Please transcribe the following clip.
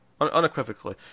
Unequivocally